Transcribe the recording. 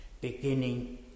beginning